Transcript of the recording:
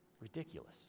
Ridiculous